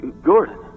Gordon